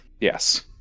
Yes